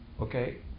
okay